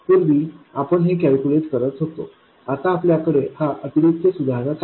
पूर्वी आपण हे कॅल्कुलेट करत होतो आता आपल्याकडे हा अतिरिक्त सुधारक आहे